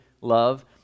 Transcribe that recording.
love